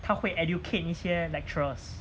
她会 educate 那些 lecturers